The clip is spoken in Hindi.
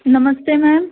नमस्ते मैम